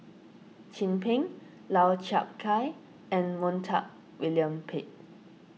Chin Peng Lau Chiap Khai and Montague William Pett